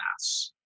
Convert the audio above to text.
mass